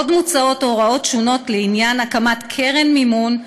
עוד מוצעות הוראות שונות לעניין הקמת קרן מימון,